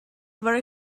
were